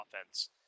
offense